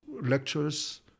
lectures